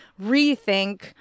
rethink